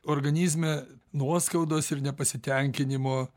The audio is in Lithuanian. organizme nuoskaudos ir nepasitenkinimo